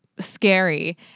scary